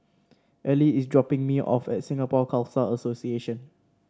Ely is dropping me off at Singapore Khalsa Association